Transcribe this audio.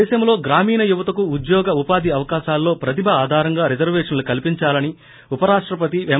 దేశంలో గ్రామీణ యువతకు ఉద్యోగ ఉపాధి అవకాశాల్లో ప్రతిభ ఆధారంగా రిజర్వేషన్ను కల్సిందాలని ఉప రాష్టపతి ఎం